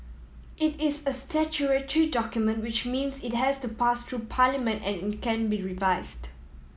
it is a statutory document which means it has to pass through Parliament and it can be revised